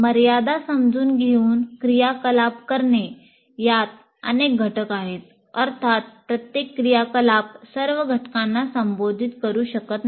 मर्यादा समजून घेऊन क्रियाकलाप करणे यात अनेक घटक आहेत अर्थात प्रत्येक क्रियाकलाप सर्व घटकांना संबोधित करू शकत नाही